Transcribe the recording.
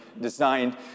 designed